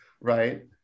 Right